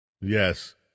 Yes